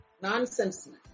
Nonsense